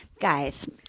Guys